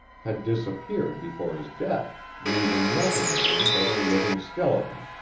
had disappeared before his death, leaving nothing of him but a living skeleton,